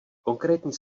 konkrétní